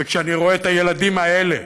וכשאני רואה את הילדים האלה,